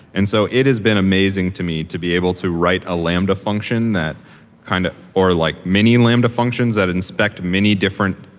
and so it has been amazing to me to be able to write a lambda function kind of or like mini-lambda functions that inspect many different